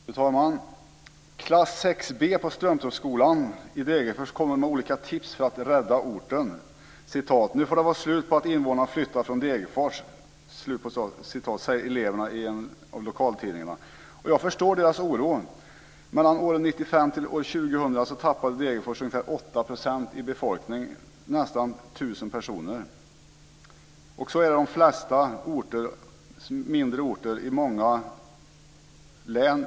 Fru talman! Klass 6b på Strömtorpsskolan i Degerfors kommer med olika tips för att rädda orten: "Nu får det vara slut på att invånarna flyttar från Degerfors" säger eleverna i en av lokaltidningarna. Och jag förstår deras oro. Åren 1995-2000 tappade personer. Och så är det på de flesta mindre orter i många län.